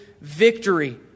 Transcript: victory